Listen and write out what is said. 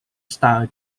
style